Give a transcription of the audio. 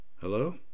Hello